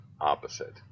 opposite